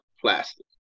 Plastic